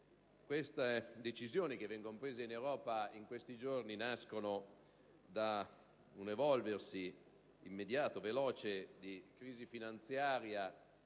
Queste decisioni che vengono prese in Europa in questi giorni nascono da un evolversi immediato e veloce di crisi finanziaria